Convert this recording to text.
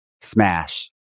Smash